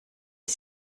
est